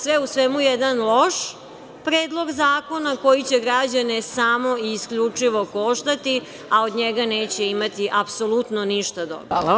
Sve u svemu je jedan loš Predlog zakona koji će građane samo i isključivo koštati, a od njega neće imati apsolutno ništa dobro.